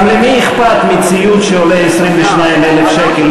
גם למי אכפת מציוד שעולה 22,000 שקל?